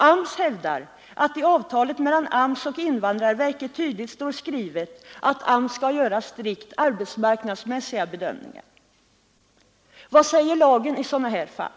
AMS hävdar att i avtalet mellan AMS och invandrarverket tydligt står skrivet att AMS skall göra strikt arbetsmarknadsmässiga bedömningar, Vad säger lagen i sådana här fall?